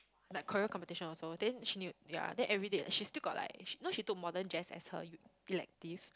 like choreo competition also then she knew ya then everyday eh she still got like she know she took modern Jazz as her u~ elective